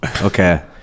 Okay